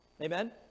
Amen